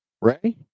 Ray